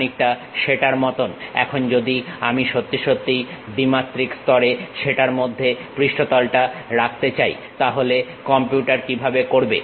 খানিকটা সেটার মতন এখন যদি আমি সত্যিই দ্বিমাত্রিক স্তরে সেটার মধ্যে পৃষ্ঠতলটা রাখতে চাই তাহলে কম্পিউটার কিভাবে করবে